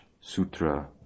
Sutra